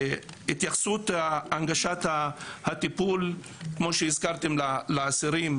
התייחסות הנגשת הטיפול כמו שהזכרתם לאסירים,